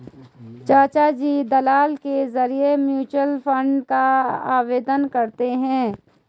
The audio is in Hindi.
चाचाजी दलाल के जरिए म्यूचुअल फंड का आवेदन करते हैं